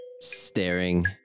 staring